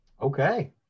Okay